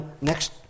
next